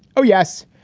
oh, yes.